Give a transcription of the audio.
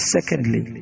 Secondly